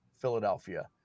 Philadelphia